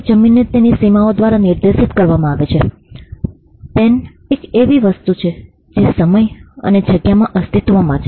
કોઈ જમીનને તેની સીમાઓ દ્વારા નિર્દેશિત કરવામાં આવે છે પેન એક એવી વસ્તુ છે જે સમય અને જગ્યામાં અસ્તિત્વમાં છે